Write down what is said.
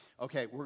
Okay